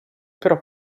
però